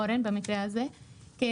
במקרה הזה אורן,